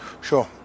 Sure